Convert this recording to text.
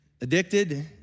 addicted